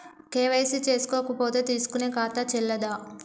KYC చేసుకోకపోతే తీసుకునే ఖాతా చెల్లదా?